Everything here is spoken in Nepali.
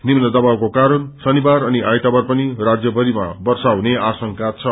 निम्न दवाबको कारण शनिवार अनि आइतबार पनि राज्य भरिमा वर्षा हुने आशंका छ